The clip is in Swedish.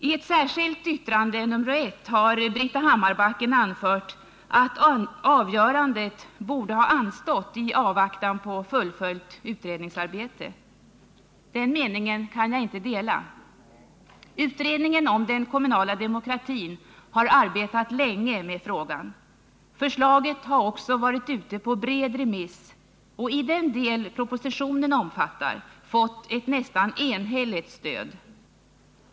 I ett särskilt yttrande, nr 1, har Britta Hammarbacken anfört att avgörandet borde ha anstått i avvaktan på fullföljt utredningsarbete. Den meningen kan jag inte dela. Utredningen om den kommunala demokratin har arbetat länge med frågan. Förslaget har också varit ute på bred remiss och i den del propositionen omfattar fått ett nästan enhälligt stöd.